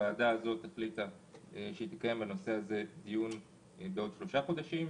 הוועדה הזאת החליטה על קיום דיון בנושא בתוך שלושה חודשים.